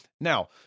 Now